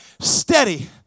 steady